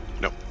Nope